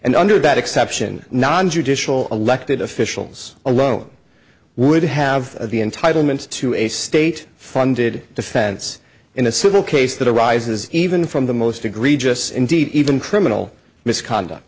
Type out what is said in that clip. and under that exception non judicial elected officials alone would have the entitlement to a state funded defense in a civil case that arises even from the most egregious indeed even criminal misconduct